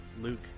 Luke